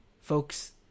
Folks